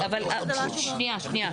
לא, לא, אבל שנייה, שנייה.